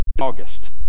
August